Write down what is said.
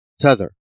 Tether